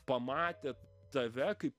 pamatė tave kaip